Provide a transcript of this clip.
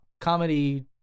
Comedy